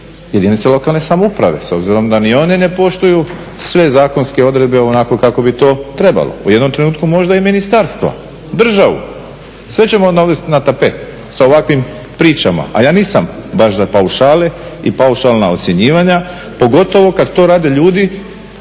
jedinice lokalne samouprave s obzirom da i one ne poštuju sve zakonske odredbe onako kako bi to trebalo. U jednom trenutku možda i ministarstvo, državu sve ćemo dovesti na tapet sa ovakvim pričama, a ja nisam baš za paušale i paušalna ocjenjivanja, pogotovo kada to rade ljudi